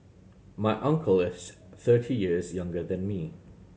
my uncle is thirty years younger than me